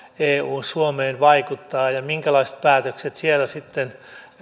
eu suomeen vaikuttaa ja minkälaiset päätökset sieltä sitten